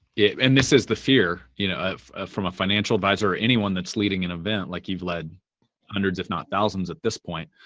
and this is the fear you know ah from a financial advisor or anyone that's leading an event like you've lead hundreds, if not thousands at this point